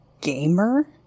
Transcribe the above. gamer